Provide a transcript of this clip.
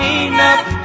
enough